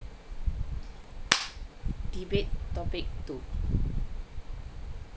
debate topic two